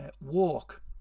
walk